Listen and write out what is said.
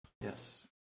Yes